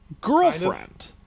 girlfriend